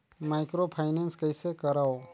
Microfinance कइसे करव?